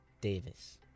Davis